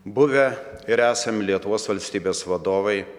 buvę ir esami lietuvos valstybės vadovai